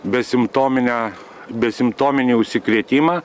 be simptominę besimptomį užsikrėtimą